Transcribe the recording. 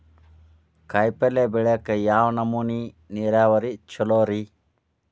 ಕಾಯಿಪಲ್ಯ ಬೆಳಿಯಾಕ ಯಾವ ನಮೂನಿ ನೇರಾವರಿ ಛಲೋ ರಿ?